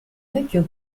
vecchio